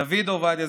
דוד עובדיה,